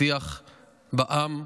השיח בעם.